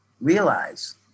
realize